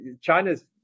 china's